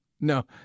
no